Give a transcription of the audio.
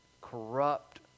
corrupt